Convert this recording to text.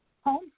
home